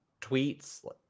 tweets